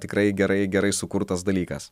tikrai gerai gerai sukurtas dalykas